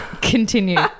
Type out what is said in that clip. Continue